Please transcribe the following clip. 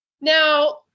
Now